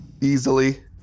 easily